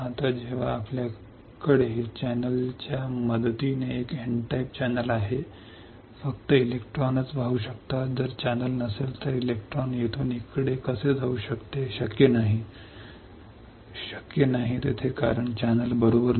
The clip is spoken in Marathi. आता जेव्हा आपल्याकडे चॅनेलच्या मदतीने एन टाइप चॅनेल आहे फक्त इलेक्ट्रॉनच वाहू शकतात जर चॅनेल नसेल तर इलेक्ट्रॉन येथून इकडे कसे जाऊ शकते शक्य नाही शक्य नाही शक्य नाही तेथे चॅनेल बरोबर नाही